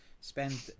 Spend